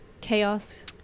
chaos